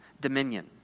dominion